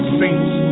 saints